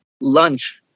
lunch